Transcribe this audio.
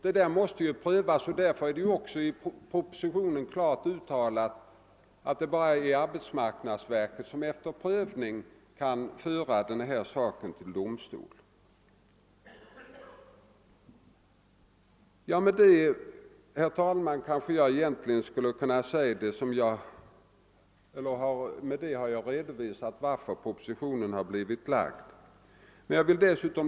Denna fråga måste prövas, och det är därför också i propositionen klart uttalat att det bara är arbetsmarknadsstyrelsen som kan föra saken vidare till domstol. Jag har alltså här, herr talman, redovisat skälen till att propositionen biivit framlagd.